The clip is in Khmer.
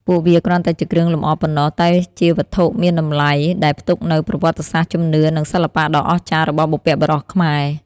ពួកវាគ្រាន់តែជាគ្រឿងលម្អប៉ុណ្ណោះ តែជាវត្ថុមានតម្លៃដែលផ្ទុកនូវប្រវត្តិសាស្ត្រ ជំនឿ និងសិល្បៈដ៏អស្ចារ្យរបស់បុព្វបុរសខ្មែរ។